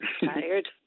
Tired